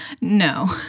No